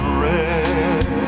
red